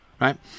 right